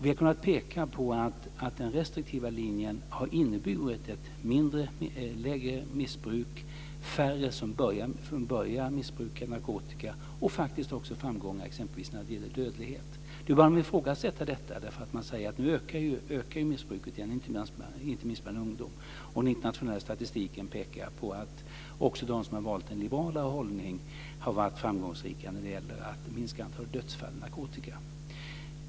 Vi har kunnat peka på att den restriktiva linjen har inneburit ett lägre missbruk, färre som börjar missbruka narkotika och faktiskt framgångar när det gäller dödlighet. Nu har man börjat ifrågasätta detta eftersom missbruket ökar igen, inte minst bland ungdomar. Den internationella statistiken pekar på att också de som har valt en liberalare hållning har varit framgångsrika när det gäller att minska antalet dödsfall av narkotika.